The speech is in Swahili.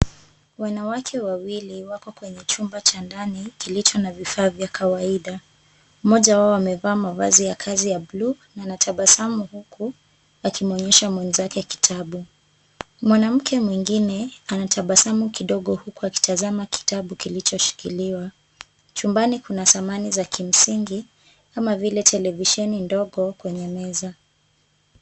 Wanawake wawili wako kwenye chumba cha ndani kilicho na vifaa vya kawaida. Mmoja wao amevaa mavazi ya kazi ya bluu na anatabasamu huku, akimwonyesha mwenzake kitabu. Mwanamke mwingine anatabasamu kidogo huku akitazama kitabu kilichoshikiliwa. Chumbani kuna samani za kimsingi, kama vile televisheni ndogo kwenye meza.